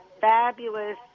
fabulous